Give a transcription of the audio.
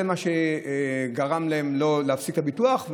זה מה שגרם להם להפסיק את הביטוח.